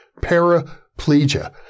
paraplegia